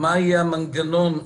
עם תכניות שהן חלקיות,